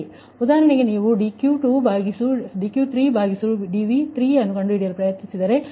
ಉದಾಹರಣೆಗೆ ನೀವು dQ2dV3ಅನ್ನು ಕಂಡುಹಿಡಿಯಲು ಪ್ರಯತ್ನಿಸಿದರೆ